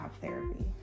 therapy